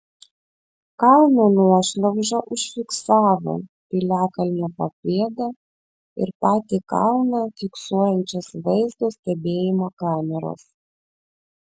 kalno nuošliaužą užfiksavo piliakalnio papėdę ir patį kalną fiksuojančios vaizdo stebėjimo kameros